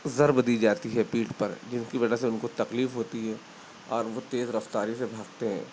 ضرب دی جاتی ہے پیٹھ پر جن کی وجہ سے ان کو تکلیف ہوتی ہے اور وہ تیزرفتاری سے بھاگتے ہیں